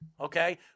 Okay